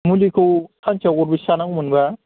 मुलिखौ फासथाव गरबेसे जानांगौमोनबा